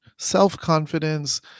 self-confidence